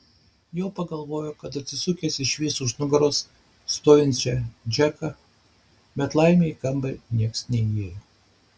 jau pagalvojo kad atsisukęs išvys už nugaros stovinčią džeką bet laimė į kambarį niekas neįėjo